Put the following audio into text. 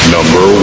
Number